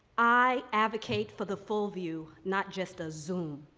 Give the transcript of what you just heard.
i advocate for the full view, not just a zoom.